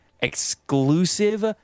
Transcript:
exclusive